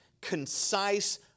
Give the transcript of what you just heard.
concise